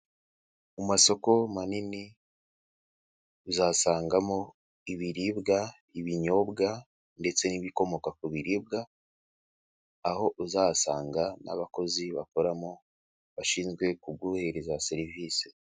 Mu masoko manini uzasangamo ibiribwa, ibinyobwa ndetse n'ibikomoka ku biribwa, aho uzasanga n'abakozi bakoramo bashinzwe kuguhereza serivisi.